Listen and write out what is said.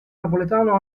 napoletano